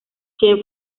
chen